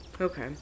Okay